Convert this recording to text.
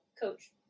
coach